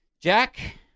Jack